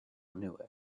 knew